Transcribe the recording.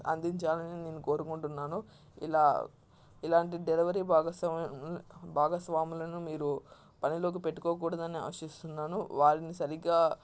అందించాలని నేను కోరుకుంటున్నాను ఇలా ఇలాంటి డెలివరీ భాగస్వాము భాగస్వాములను మీరు పనిలోకి పెట్టుకోకూడదని ఆశిస్తున్నాను వారిని సరిగ్గా